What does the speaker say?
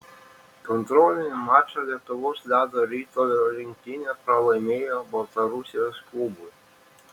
kontrolinį mačą lietuvos ledo ritulio rinktinė pralaimėjo baltarusijos klubui